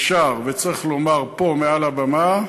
אפשר וצריך לומר פה מעל הבמה: